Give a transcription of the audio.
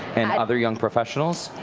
and other young professionals?